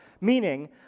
meaning